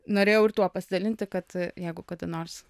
norėjau ir tuo pasidalinti kad jeigu kada nors